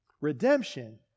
redemption